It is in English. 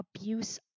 abuse